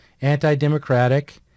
anti-democratic